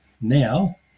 now